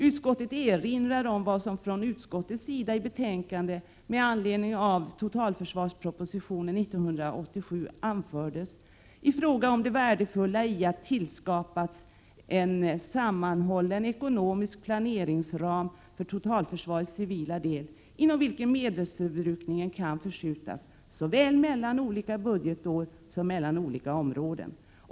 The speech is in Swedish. Utskottet påminner om vad utskottet anförde i betänkandet med anledning av totalförsvarspropositionen 1987 i fråga om det värdefulla i att det tillskapats en sammanhållen ekonomisk planeringsram för totalförsvarets civila del, inom vilken medelsförbrukningen kan förskjutas såväl mellan olika budgetår som mellan olika områden.